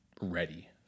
ready